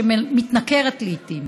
שמתנכרת לעיתים.